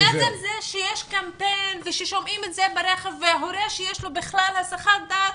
עצם זה שיש קמפיין וששומעים את זה ברכב והורה שיש לו הסחת דעת,